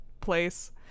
place